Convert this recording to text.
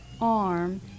arm